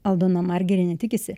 aldona margerienė tikisi